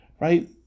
right